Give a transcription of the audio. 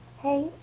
Hey